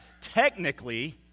Technically